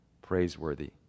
praiseworthy